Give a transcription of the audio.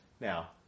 Now